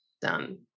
Done